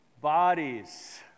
bodies